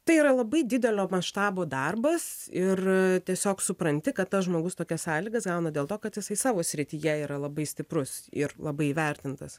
tai yra labai didelio maštabo darbas ir tiesiog supranti kad tas žmogus tokias sąlygas gauna dėl to kad jisai savo srityje yra labai stiprus ir labai įvertintas